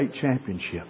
championship